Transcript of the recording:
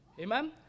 Amen